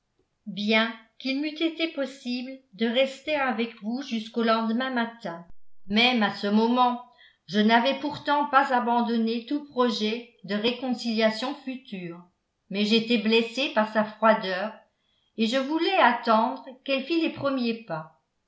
bien qu'il m'eût été possible de rester avec vous jusqu'au lendemain matin même à ce moment je n'avais pourtant pas abandonné tout projet de réconciliation future mais j'étais blessé par sa froideur et je voulais attendre qu'elle fît les premiers pas